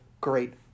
Great